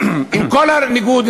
עם כל הניגוד,